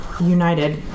united